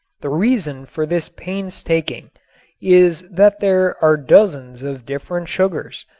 the reason for this painstaking is that there are dozens of different sugars,